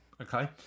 Okay